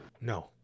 No